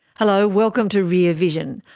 hello, welcome to rear vision.